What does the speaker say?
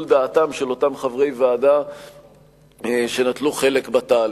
דעתם של אותם חברי ועדה שנטלו חלק בתהליך.